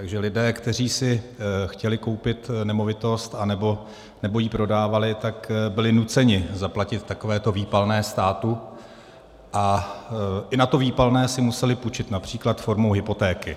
Takže lidé, kteří si chtěli koupit nemovitost anebo ji prodávali, tak byli nuceni zaplatit takovéto výpalné státu a i na to výpalné si museli půjčit, například formou hypotéky.